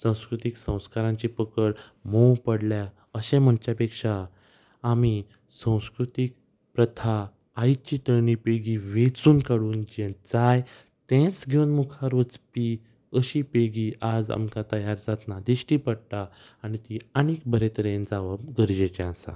संवस्कृतीक संवस्कारांची पकड मोव पडल्या अशे म्हणचे पेक्षा आमी संस्कृतीक प्रथा आयची तरे पिळगी वेचून काडून जे जाय तेंच घेवन मुखार वचपी अशी पिळगी आज आमकां तयार जातना दिश्टी पडटा आनी ती आनीक बरे तरेन जावप गरजेचें आसा